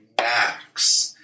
max